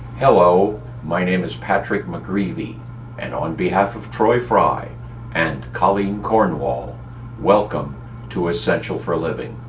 hello my name is patrick mcgreevy and on behalf of troy fry and colleen cornwall welcome to essential for living